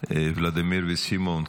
ולדימיר וסימון,